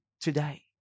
today